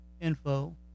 info